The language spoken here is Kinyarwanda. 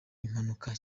impanuka